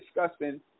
discussing